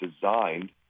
designed